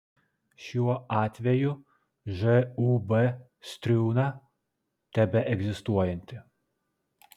šiuo atveju žūb striūna tebeegzistuojanti